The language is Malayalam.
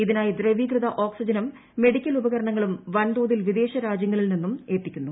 ഇതിനായി ദ്രവീകൃതി ഓക്സിജനും മെഡിക്കൽ ഉപകരണങ്ങളും വൻത്രോതിൽ വിദേശ രാജ്യങ്ങളിൽ നിന്നും എത്തിക്കുന്നു